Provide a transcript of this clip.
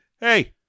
Hey